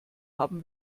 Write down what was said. haben